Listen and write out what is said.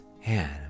hand